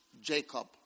Jacob